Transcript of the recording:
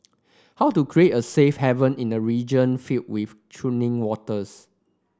how to create a safe haven in a region filled with churning waters